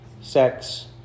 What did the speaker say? sex